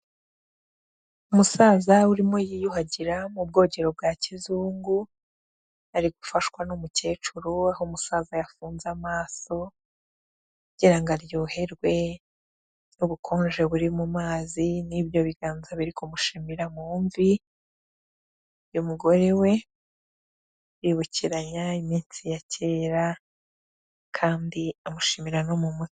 Umusaza urimo yiyuhagira mu bwogero bwa kizungu, ari gufashwa n'umukecuru, aho umusaza yafunze amaso kugira ngo aryoherwe n'ubukonje buri mu mazi n'ibyo biganza biri kumushimira mu imvi y'umugore we, bibukiranya iminsi ya kera kandi amushimira no mu mutwe.